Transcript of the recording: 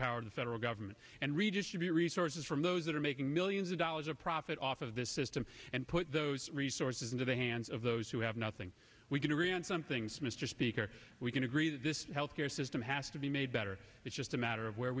power of the federal government and redistribute resources from those that are making millions of dollars or profit off of this system and put those resources into the hands of those who have nothing we can agree on some things mr speaker we can agree that this healthcare system has to be made better it's just a matter of where